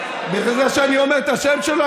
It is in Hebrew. ברגע שאני אומר את השם שלו,